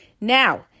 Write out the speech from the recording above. Now